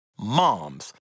*Mom's*